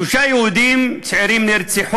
שלושה צעירים יהודים נרצחו,